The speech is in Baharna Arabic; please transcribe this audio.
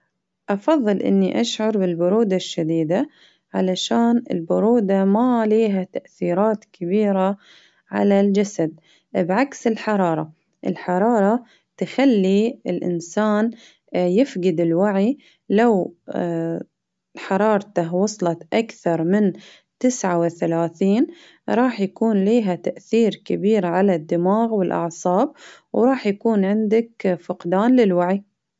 أفظل إني أشعر بالبرودة الشديدة، علشان البرودة ما ليها تأثيرات كبيرة على الجسد، بعكس الحرارة ا-لحرارة تخلي الإنسان يفقد الوعي لو حرارته وصلت أكثرمن تسعة وثلاثين، راح يكون لها تأثير كبير على الدماغ ،والأعصاب، وراح يكون عندك فقدان للوعي.